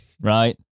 right